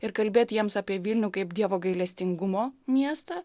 ir kalbėt jiems apie vilnių kaip dievo gailestingumo miestą